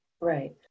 Right